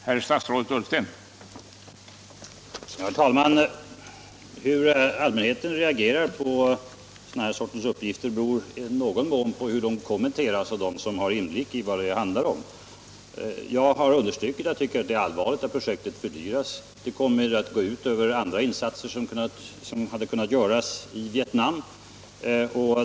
Herr talman! Hur allmänheten reagerar på den här sortens uppgifter beror i någon mån på hur de kommenteras av dem som har inblick i vad det handlar om. Jag har understrukit att det är allvarligt att projektet fördyras. Det kommer att gå ut över andra insatser som hade kunnat göras i Vietnam.